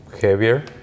heavier